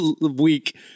week